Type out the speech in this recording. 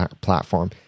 platform